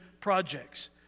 projects